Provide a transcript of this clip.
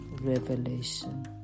Revelation